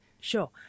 Sure